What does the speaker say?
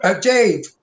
Dave